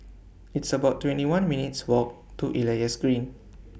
It's about twenty one minutes' Walk to Elias Green